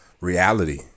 Reality